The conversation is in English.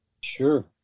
Sure